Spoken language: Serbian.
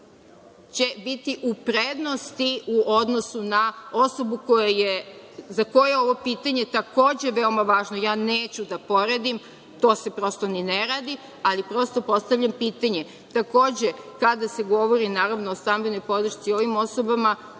će biti u prednosti u odnosu na osobu za koje je ovo pitanje takođe veoma važno. Ja neću da poredim to se prosto ni ne radi, ali postavljam pitanje. Takođe, kada se govori o stambenoj podršci ovim osobama,